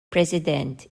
president